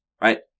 right